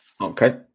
Okay